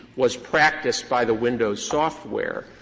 was practiced by the windows software.